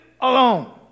alone